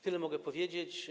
Tyle mogę powiedzieć.